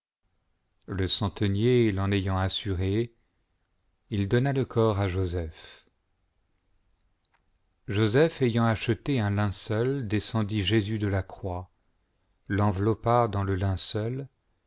le centenier l'en ayant assuré il donna le corps à joseph joseph ayant acheté un linceul descendit jésus de la croix l'enveloppa dans le linceul